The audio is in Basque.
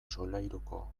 solairuko